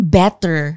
better